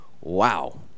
wow